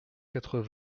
quatre